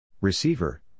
Receiver